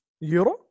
Euro